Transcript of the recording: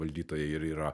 valdytojai ir yra